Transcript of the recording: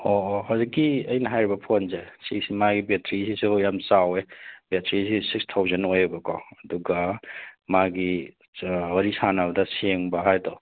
ꯑꯣ ꯑꯣ ꯍꯧꯖꯤꯛꯀꯤ ꯑꯩꯅ ꯍꯥꯏꯕ ꯐꯣꯟꯖꯦ ꯁꯤꯁꯤ ꯃꯥꯒꯤ ꯕꯦꯇ꯭ꯔꯤꯁꯤꯁꯨ ꯌꯥꯝ ꯆꯥꯎꯋꯦ ꯕꯦꯇ꯭ꯔꯤꯁꯤ ꯁꯤꯛꯁ ꯊꯥꯎꯖꯟ ꯑꯣꯏꯌꯦꯕꯀꯣ ꯑꯗꯨꯒ ꯃꯥꯒꯤ ꯋꯥꯔꯤ ꯁꯥꯟꯅꯕꯗ ꯁꯦꯡꯕ ꯍꯥꯏꯗꯣ